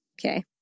Okay